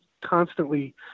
constantly